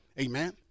Amen